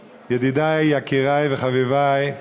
ידידי, יקירי וחביבי,